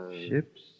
Ships